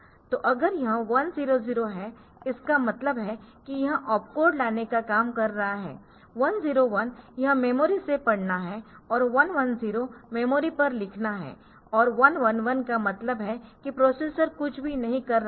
तो अगर यह 1 0 0 है इसका मतलब है कि यह ओपकोड लाने का काम कर रहा है 1 0 1 यह मेमोरी से पढ़ना है और 1 1 0 मेमोरी पर लिखना है और 1 1 1 का मतलब है कि प्रोसेसर कुछ भी नहीं कर रहा है